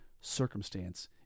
circumstance